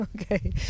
Okay